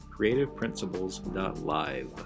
creativeprinciples.live